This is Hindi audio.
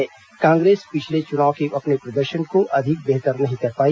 वहीं कांग्रेस पिछले चूनाव के अपने प्रदर्शन को अधिक बेहतर नहीं कर पाई